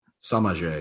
Samaj